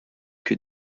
que